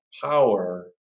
power